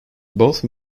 both